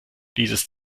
dieses